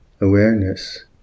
awareness